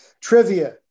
Trivia